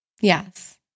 Yes